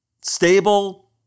stable